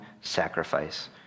sacrifice